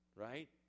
right